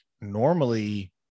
normally